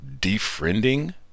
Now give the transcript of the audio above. defriending